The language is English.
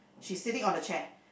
she sitting on the chair